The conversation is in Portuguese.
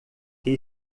que